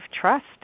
trust